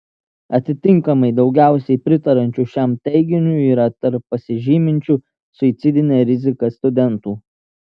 atitinkamai daugiausiai pritariančių šiam teiginiui yra tarp pasižyminčių suicidine rizika studentų